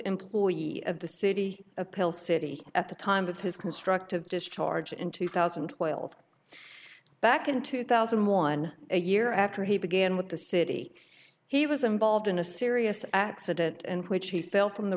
employee of the city a pill city at the time of his constructive discharge in two thousand and twelve back in two thousand one year after he began with the city he was involved in a serious accident and which he fell from the